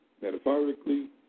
metaphorically